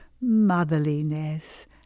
motherliness